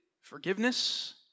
forgiveness